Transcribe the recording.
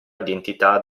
identità